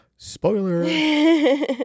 Spoiler